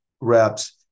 reps